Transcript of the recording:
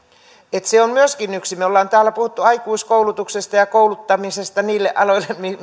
se on myöskin yksi kun me olemme täällä puhuneet aikuiskoulutuksesta ja kouluttamisesta niille aloille